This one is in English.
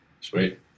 sweet